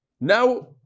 Now